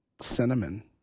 cinnamon